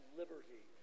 liberty